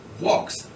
Walks